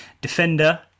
defender